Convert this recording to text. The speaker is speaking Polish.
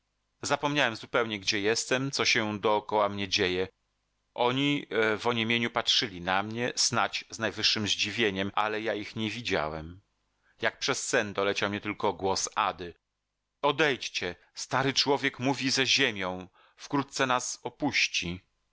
zapomniałem zupełnie gdzie jestem co się dokoła mnie dzieje oni w oniemieniu patrzyli na mnie snadź z najwyższem zdziwieniem ale ja ich nie widziałem jak przez sen doleciał mnie tylko głos ady odejdźcie stary człowiek mówi ze ziemią wkrótce nas opuści